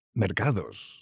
Mercados